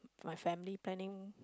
my family planning